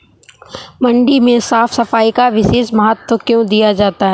मंडी में साफ सफाई का विशेष महत्व क्यो दिया जाता है?